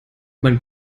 man